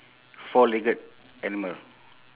four legged animal